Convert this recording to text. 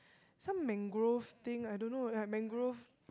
some mangrove thing I don't know I have mangrove